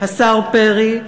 השר פרי,